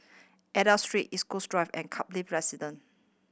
Aida Street East Coast Drive and Kaplan Residence